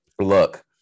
look